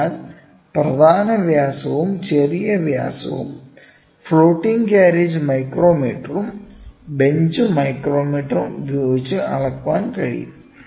അതിനാൽ പ്രധാന വ്യാസവും ചെറിയ വ്യാസവും ഫ്ലോട്ടിംഗ് കാരേജ് മൈക്രോമീറ്ററും ബെഞ്ച് മൈക്രോമീറ്ററും ഉപയോഗിച്ച് അളക്കാൻ കഴിയും